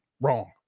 wrong